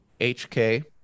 HK